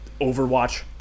Overwatch